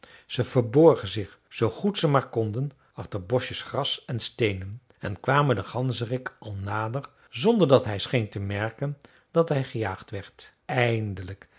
ze verborgen zich zoo goed ze maar konden achter bosjes gras en steenen en kwamen den ganzerik al nader zonder dat hij scheen te merken dat hij gejaagd werd eindelijk